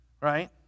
Right